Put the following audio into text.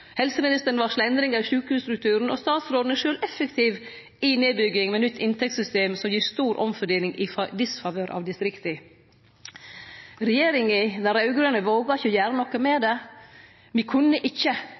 Helseministeren varslar endringar i sjukehusstrukturen, og statsråden er sjølv effektiv i nedbygginga med nytt inntektssystem, som gir stor omfordeling i disfavør av distrikta. Den raud-grøne regjeringa våga ikkje å gjere noko med det. Me kunne ikkje